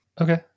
Okay